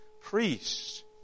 priests